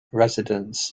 residents